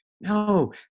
No